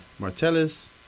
Martellus